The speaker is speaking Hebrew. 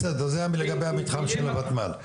בסדר, זה לגבי המתחם של הוותמ"ל.